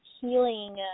healing